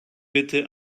bitte